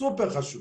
סופר חשוב